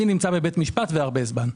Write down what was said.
אני נמצא בבית משפט והרבה זמן.